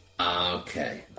Okay